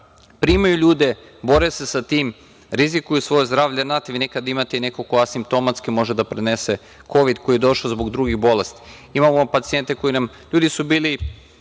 Primaju ljude, bore se sa tim, rizikuju svoje zdravlje. Znate, vi nekad imate nekog ko asimptomatski može da prenese Kovid koji je došao zbog drugih bolesti. Imamo pacijente koji nam, ljudi su bili